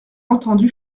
entendu